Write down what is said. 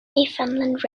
newfoundland